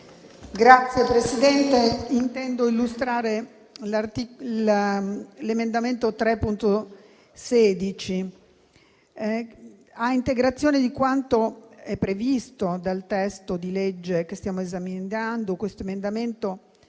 Signor Presidente, intendo illustrare l'emendamento 3.16. A integrazione di quanto è previsto dal testo di legge che stiamo esaminando, questo emendamento